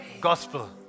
Gospel